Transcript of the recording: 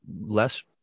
less